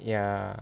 ya